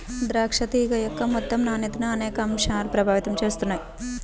ద్రాక్ష తీగ యొక్క మొత్తం నాణ్యతను అనేక అంశాలు ప్రభావితం చేస్తాయి